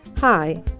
Hi